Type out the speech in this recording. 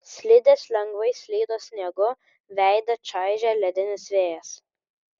slidės lengvai slydo sniegu veidą čaižė ledinis vėjas